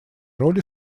роли